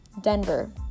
Denver